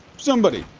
somebody,